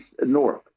North